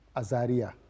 azaria